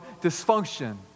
dysfunction